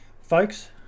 Folks